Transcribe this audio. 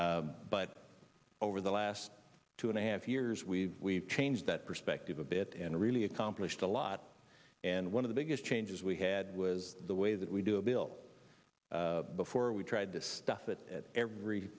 but over the last two and a half years we changed that perspective a bit and really accomplished a lot and one of the biggest changes we had was the way that we do a bill before we tried to stuff it at every